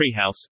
treehouse